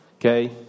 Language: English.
Okay